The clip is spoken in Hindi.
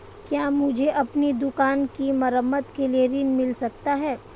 क्या मुझे अपनी दुकान की मरम्मत के लिए ऋण मिल सकता है?